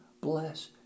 bless